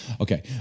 okay